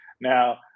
Now